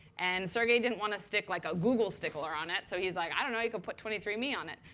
and sergey didn't want to stick like a google sticker on it. so he was like, i don't know. you could put twenty three andme on it.